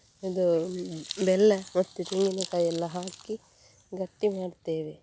ಇದು ಬೆಲ್ಲ ಮತ್ತು ತೆಂಗಿನಕಾಯಿಯೆಲ್ಲ ಹಾಕಿ ಗಟ್ಟಿ ಮಾಡ್ತೇವೆ